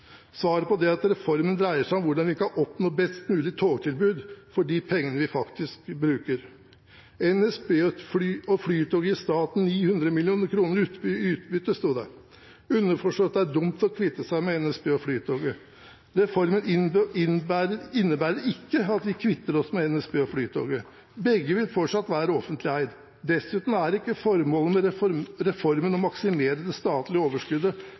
Svaret på det er at reformen dreier seg om hvordan vi kan oppnå et best mulig togtilbud for de pengene vi faktisk bruker. NSB og Flytoget gir staten 900 mill. kr i utbytte, sto det – underforstått at det er dumt å kvitte seg med NSB og Flytoget. Reformen innebærer ikke at vi kvitter oss med NSB og Flytoget. Begge vil fortsatt være offentlig eie. Dessuten er ikke formålet med reformen å maksimere det statlige overskuddet,